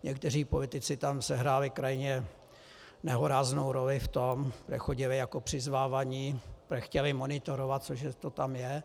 Někteří politici tam sehráli krajně nehoráznou roli v tom, že chodili jako přizvávaní, protože chtěli monitorovat, co že to tam je.